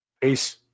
Peace